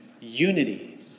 unity